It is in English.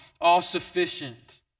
all-sufficient